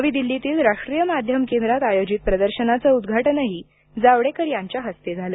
नवी दिल्लीतील राष्ट्रीय माध्यम केंद्रात आयोजित प्रदर्शनाचं उद्घाटनही जावडेकर यांच्या हस्ते झालं